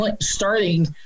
starting